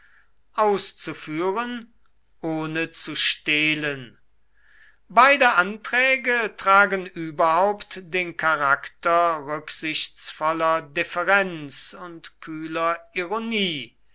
auszuführen ohne zu stehlen beide anträge tragen überhaupt den charakter rücksichtsvoller deferenz und kühler ironie